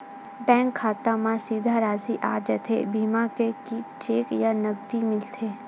Bank खाता मा सीधा राशि आ जाथे बीमा के कि चेक या नकदी मिलथे?